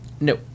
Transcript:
No